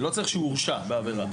אין צורך להמתין להרשעה.